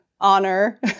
honor